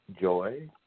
joy